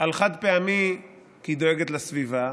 על חד-פעמי כי היא דואגת לסביבה,